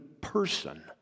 person